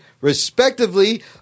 respectively